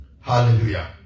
Hallelujah